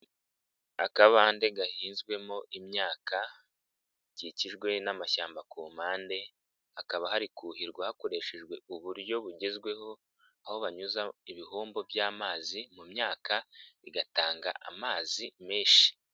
Akabande gahinzwemo imyaka gakikijwe n'amashyamba ku mpande hakaba hari kuhirwa hakoreshejwe uburyo bugezweho aho banyuza ibihombo by'amazi mu myaka bigatanga amazi menshi.